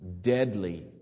deadly